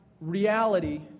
reality